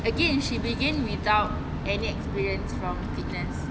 again she begin without any experience from fitness